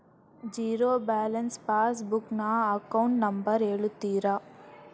Zero balance passbook ನ account number ಹೇಳುತ್ತೀರಾ?